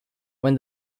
when